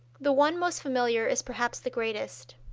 the one most familiar is perhaps the greatest.